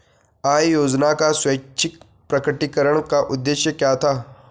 आय योजना का स्वैच्छिक प्रकटीकरण का उद्देश्य क्या था?